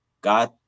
God